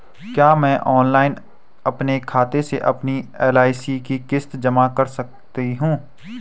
क्या मैं ऑनलाइन अपने खाते से अपनी एल.आई.सी की किश्त जमा कर सकती हूँ?